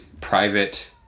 private